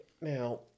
Now